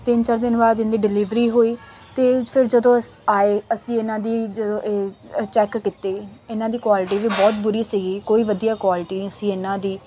ਤਿੰਨ ਚਾਰ ਦਿਨ ਬਾਅ ਦ ਇਨ ਦੀ ਡਿਲਿਵਰੀ ਹੋਈ ਅਤੇ ਫਿਰ ਜਦੋਂ ਆਏ ਅਸੀਂ ਇਨ੍ਹਾਂ ਦੀ ਇਹ ਚੈੱਕ ਕੀਤੇ ਇਨ੍ਹਾਂ ਦੀ ਕੁਆਲਟੀ ਵੀ ਬਹੁਤ ਬੁਰੀ ਸੀਗੀ ਕੋਈ ਵਧੀਆ ਕੁਆਲਟੀ ਨਹੀਂ ਸੀ ਇਨ੍ਹਾਂ ਦੀ